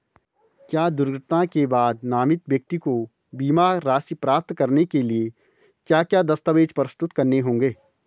क्या दुर्घटना के बाद नामित व्यक्ति को बीमा राशि प्राप्त करने के लिए क्या क्या दस्तावेज़ प्रस्तुत करने होंगे?